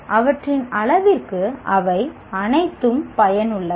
எனவே அவற்றின் அளவிற்கு அவை அனைத்தும் பயனுள்ளவை